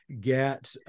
get